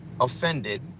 offended